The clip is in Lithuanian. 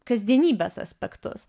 kasdienybės aspektus